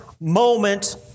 moment